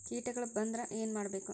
ಕೇಟಗಳ ಬಂದ್ರ ಏನ್ ಮಾಡ್ಬೇಕ್?